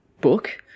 book